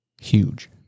huge